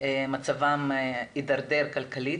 מצבם הידרדר כלכלית,